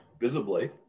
visibly